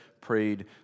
prayed